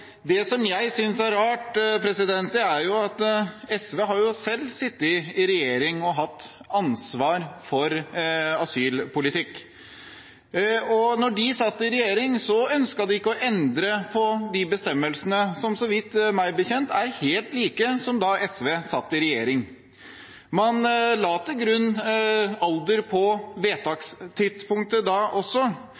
dem som faktisk har krav på beskyttelse. SV snakker om alder på vedtakstidspunktet. Det som jeg synes er rart, er at SV da de selv satt i regjering og hadde ansvar for asylpolitikken, ikke ønsket å endre på disse bestemmelsene, som – meg bekjent – var helt like da SV satt i regjering. Man la til grunn alderen på